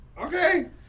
Okay